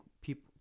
people